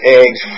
eggs